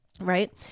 Right